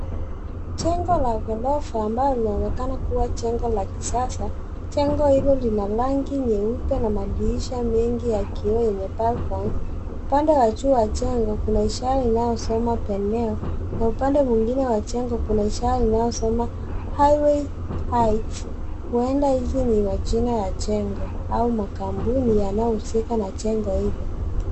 Jengo la gorofa ambalo linaonekana kuwa jengo la kisasa. Jengo hilo lina rangi nyeupe na madirisha mengi ya kioo kwenye balcony . Upande wa jengo kuna ishara inayosema Penewa. Na upande mwingine wa jengo kuna ishara inayosema Highway Heights . Huenda hizi ni majina ya jengo au makampuni yanayohusika na jengo hilo.